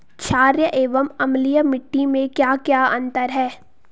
छारीय एवं अम्लीय मिट्टी में क्या क्या अंतर हैं?